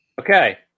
Okay